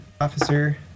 Officer